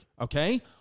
Okay